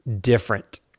different